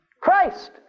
Christ